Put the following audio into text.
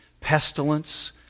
pestilence